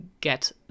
get